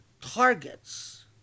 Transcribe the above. targets